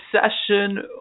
obsession